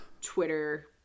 Twitter